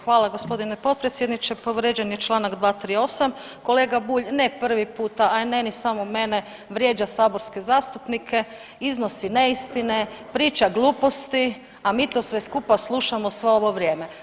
Hvala gospodine potpredsjedniče povrijeđen je Članak 238., kolega Bulj ne prvi puta, a ne i samo mene vrijeđa saborske zastupnike, iznosi neistine, priča gluposti, a mi to sve skupa slušamo sve ovo vrijeme.